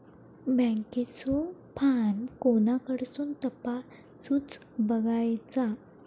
बँकेचो फार्म कोणाकडसून तपासूच बगायचा?